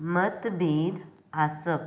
मतभेद आसप